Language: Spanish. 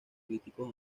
críticos